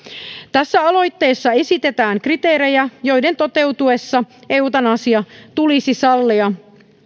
tässä aloitteessa esitetään kriteerejä joiden toteutuessa eutanasia tulisi sallia